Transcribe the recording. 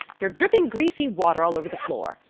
you're dripping greasy water all over the floor.